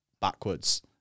backwards